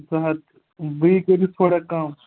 زٕ ہَتھ بیٚیہِ کٔرِو تھوڑا کَم